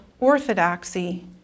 orthodoxy